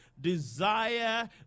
desire